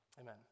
amen